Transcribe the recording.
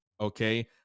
Okay